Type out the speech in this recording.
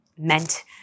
meant